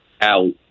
out